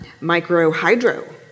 Microhydro